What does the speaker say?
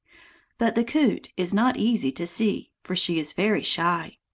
but the coot is not easy to see, for she is very shy.